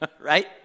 Right